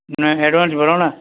ના એડવાન્સ ભરવાના